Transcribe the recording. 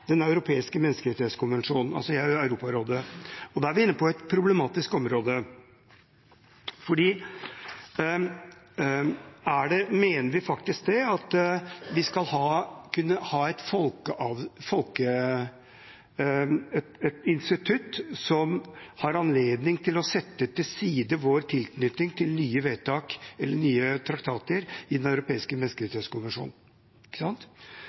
Den europeiske menneskerettskonvensjon, altså Europarådet. Da er vi inne på et problematisk område, for mener vi faktisk at vi skal kunne ha et institutt som har anledning til å sette til side vår tilknytning til nye vedtak eller nye traktater i Den europeiske